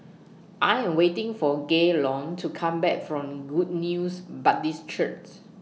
I Am waiting For Gaylon to Come Back from Good News Baptist Church